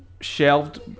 shelved